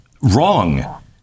Wrong